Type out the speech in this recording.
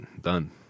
done